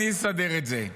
אני אסדר את זה.